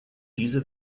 diese